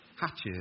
hatches